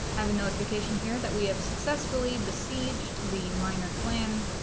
have a notification here that we have successfully besieged the minor clan